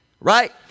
right